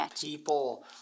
people